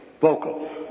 vocal